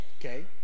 okay